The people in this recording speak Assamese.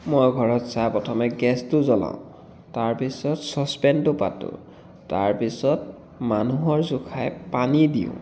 মই ঘৰত চাহ প্ৰথমে গেছটো জ্বলাওঁ তাৰ পিছত চচপেনটো পাতোঁ তাৰ পিছত মানুহৰ জোখাৰে পানী দিওঁ